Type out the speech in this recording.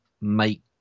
make